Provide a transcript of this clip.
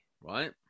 Right